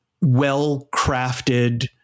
well-crafted